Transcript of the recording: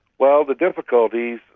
well, the difficulties,